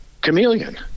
chameleon